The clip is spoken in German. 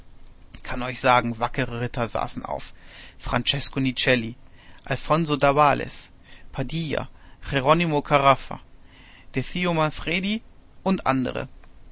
kann euch sagen wackere ritter saßen auf francesco nicelli alfonso davales padilla jeronimo caraffa decio manfredi und andere